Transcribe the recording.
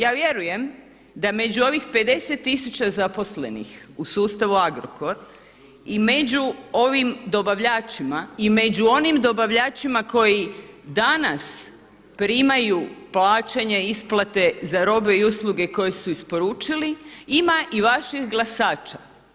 Ja vjerujem da među ovih 50000 zaposlenih u sustavu Agrokor i među ovim dobavljačima i među onim dobavljačima koji danas primaju plaćanja, isplate za robe i usluge koje su isporučili ima i vaših glasača.